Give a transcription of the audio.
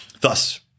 Thus